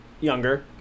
Younger